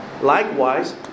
Likewise